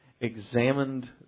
examined